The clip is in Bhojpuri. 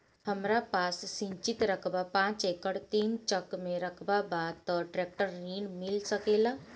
हमरा पास सिंचित रकबा पांच एकड़ तीन चक में रकबा बा त ट्रेक्टर ऋण मिल सकेला का?